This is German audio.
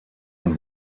und